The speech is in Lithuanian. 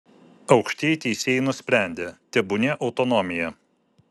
aukštieji teisėjai nusprendė tebūnie autonomija